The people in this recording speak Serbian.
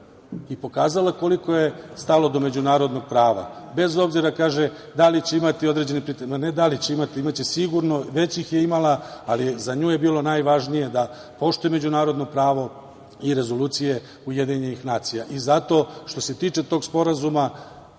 i pokazala koliko joj je stalo do međunarodnog prava, bez obzira, kaže, da li će imati određene pritiske, ne da li će imati, imaće sigurno, već ih je imala, ali za nju je bilo najvažnije da poštuje međunarodno pravo i rezolucije Ujedinjenih nacija. Zato što se tiče tog sporazuma